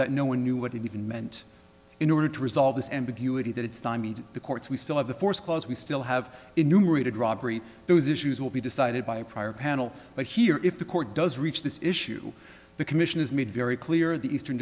that no one knew what it even meant in order to resolve this ambiguity that it's the courts we still have the force clause we still have enumerated robbery those issues will be decided by a prior panel but here if the court does reach this issue the commission is made very clear the eastern